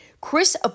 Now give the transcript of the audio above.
Chris